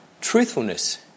Truthfulness